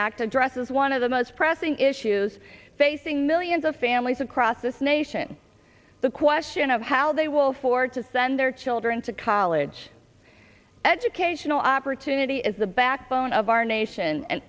act addresses one of the most pressing issues facing millions of families across this nation the question of how they will for to send their children to college educational opportunity is the backbone of our nation and